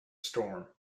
storm